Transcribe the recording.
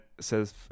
says